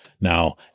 Now